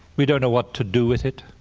we don't know what to do with it.